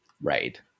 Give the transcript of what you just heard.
Right